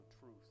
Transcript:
truth